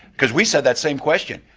because we said that same question,